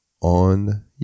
on